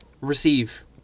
receive